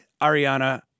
Ariana